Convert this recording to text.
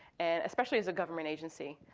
and especially as a government agency,